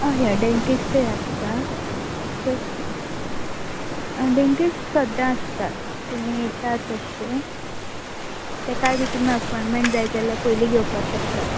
हय हय डेंटिस्टूय आसता ते डेंटिस्ट सद्दां आसतात तुमी येता तशे तेकाय बी तुमीं अपोंयंटमेंट जाय जाल्यार पयलीं घेवपाक शकतात